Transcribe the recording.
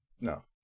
No